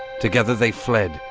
together they fled,